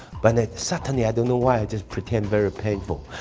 but suddenly i don't know why i just pretend very painful.